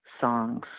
songs